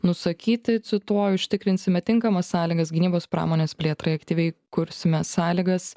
nusakyti cituoju užtikrinsime tinkamas sąlygas gynybos pramonės plėtrai aktyviai kursime sąlygas